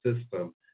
system